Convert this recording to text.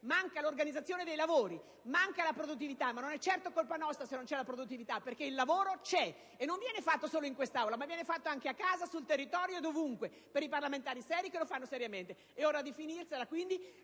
manca l'organizzazione dei lavori e manca la produttività. Ma non è certo colpa nostra se non c'è la produttività, perché il lavoro c'è, e non viene fatto solo in quest'Aula, ma anche a casa, sul territorio e dovunque, dai parlamentari seri che lo fanno seriamente. È ora di finirla, quindi.